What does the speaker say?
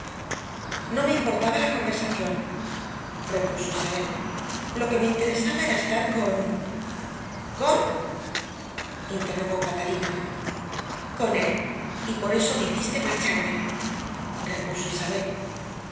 no me importaba la conversación repuso isabel lo que me interesaba era estar con con interrogó catalina con él y por eso me hiciste marcharme repuso isabel